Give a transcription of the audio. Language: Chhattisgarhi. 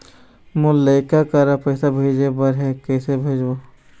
मोर लइका करा पैसा भेजें बर हे, कइसे भेजबो?